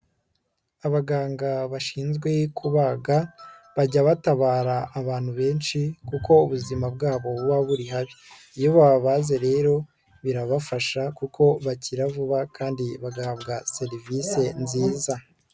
Abaganga bashinzwe kubaga, bajya batabara abantu benshi kuko ubuzima bwabo buba buri habi, iyo babaze rero birabafasha kuko bakira vuba kandi bagahabwa serivisi nziza.